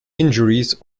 injuries